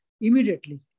immediately